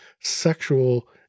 sexual